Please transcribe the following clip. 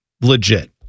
legit